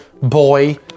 boy